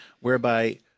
whereby